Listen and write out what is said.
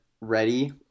ready